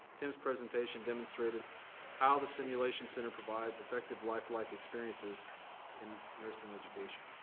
tim's presentation demonstrated how the simulation center provides effective lifelike experiences in nursing education.